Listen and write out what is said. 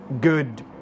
good